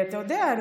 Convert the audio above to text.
אתה יודע,